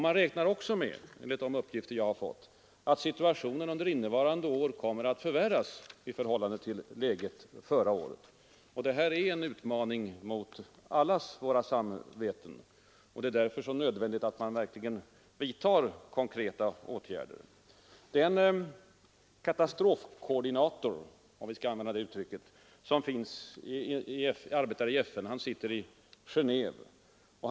Man räknar också med, enligt de uppgifter jag har fått, att situationen under innevarande år kommer att förvärras i förhållande till läget förra året. Det här är en utmaning mot allas våra samveten, och det är därför så nödvändigt att man verkligen vidtar konkreta åtgärder. Den katastrofkoordinator — om vi skall använda det uttrycket — som arbetar i FN sitter i Genéve.